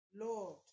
Lord